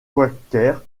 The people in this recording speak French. quakers